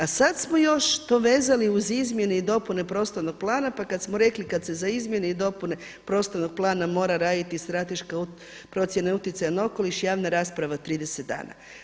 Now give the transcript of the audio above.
A sad smo još to vezali uz izmjene i dopune prostornog plana pa kad smo rekli pa kad se za izmjene i dopune prostornog plana mora raditi strateška procjena utjecaja na okoliš javna rasprava 30 dana.